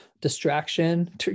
distraction